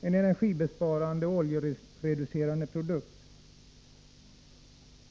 en energibesparande och oljereducerande teknik.